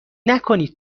نکنید